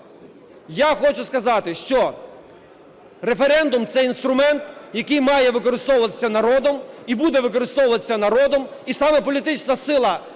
Я хочу сказати, що референдум – це інструмент, який має використовуватися народом і буде використовуватися народом і саме політична сила